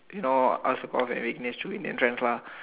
you know us supposed and Rignish two Indian friends lah